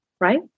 right